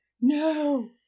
No